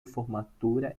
formatura